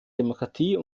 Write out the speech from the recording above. demokratie